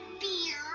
beer